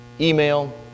email